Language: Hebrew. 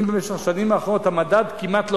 אם במשך השנים האחרונות המדד כמעט שלא